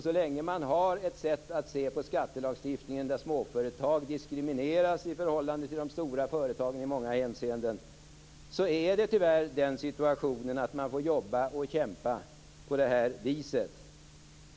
Så länge man har ett sätt att se på skattelagstiftningen där småföretag diskrimineras i förhållande till de stora företagen i många hänseenden, är situationen tyvärr den att småföretagarna får jobba och kämpa på detta sätt.